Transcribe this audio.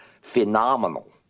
phenomenal